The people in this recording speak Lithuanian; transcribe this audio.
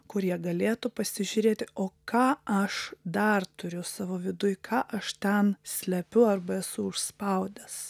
kur jie galėtų pasižiūrėti o ką aš dar turiu savo viduj ką aš ten slepiu arba esu užspaudęs